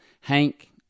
Hank